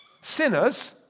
Sinners